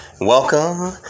Welcome